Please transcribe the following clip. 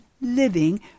living